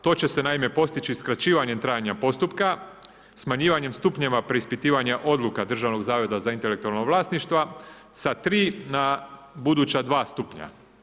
To će se naime postići skraćivanjem trajanja postupka, smanjivanjem stupnjeva preispitivanja odluka Državnog zavoda za intelektualno vlasništvo za 3 na buduća 2 stupnja.